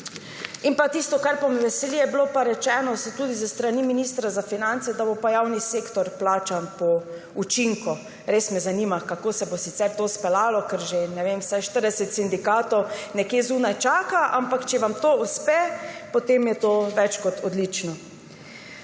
Tisto, kar me veseli, je bilo pa rečeno tudi s strani ministra za finance – da bo javni sektor plačan po učinku. Res me zanima, kako se bo sicer to izpeljalo, ker že, ne vem, vsaj 40 sindikatov nekje zunaj čaka. Ampak če vam to uspe, potem je to več kot odlično.